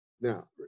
Now